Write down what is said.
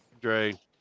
Dre